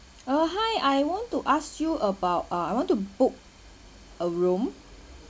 uh hi I want to ask you about uh I want to book a room